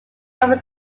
ralf